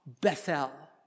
Bethel